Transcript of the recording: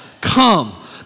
Come